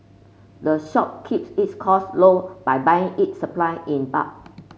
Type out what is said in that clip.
the shop keeps its costs low by buying its supply in bulk